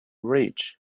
reach